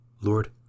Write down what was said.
Lord